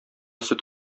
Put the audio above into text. сөт